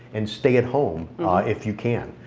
and stay at home if you can.